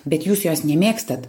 bet jūs jos nemėgstat